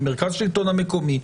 עם מרכז השלטון המקומי.